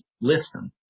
listen